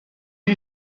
wie